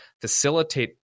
facilitate